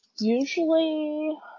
Usually